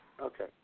Okay